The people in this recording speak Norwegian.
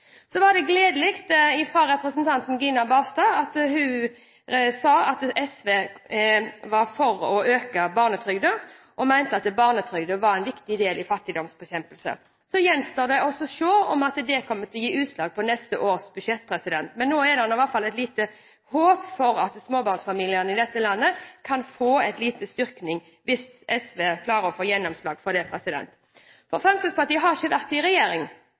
Så var det gledelig at representanten Gina Knutson Barstad sa at SV var for å øke barnetrygden. Hun mente at barnetrygden var en viktig del i fattigdomsbekjempelsen. Så gjenstår det å se om det kommer til å gi utslag på neste års budsjett. Men nå er det i hvert fall et lite håp om at småbarnsfamiliene i dette landet kan få en liten styrking hvis SV klarer å få gjennomslag for det. Fremskrittspartiet har ikke vært i regjering,